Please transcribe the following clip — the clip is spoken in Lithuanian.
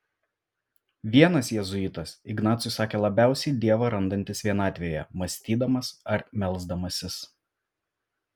vienas jėzuitas ignacui sakė labiausiai dievą randantis vienatvėje mąstydamas ar melsdamasis